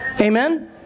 amen